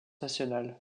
nationale